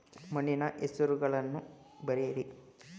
ಮಣ್ಣಿನ ಹೆಸರುಗಳನ್ನು ಬರೆಯಿರಿ